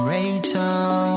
Rachel